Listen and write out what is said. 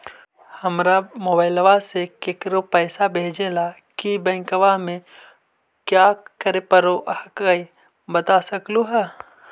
हमरा मोबाइलवा से केकरो पैसा भेजे ला की बैंकवा में क्या करे परो हकाई बता सकलुहा?